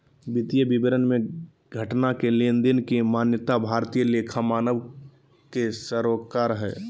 वित्तीय विवरण मे घटना के लेनदेन के मान्यता भारतीय लेखा मानक के सरोकार हय